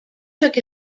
took